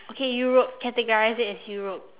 okay europe categorise it as europe